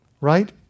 right